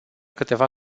câteva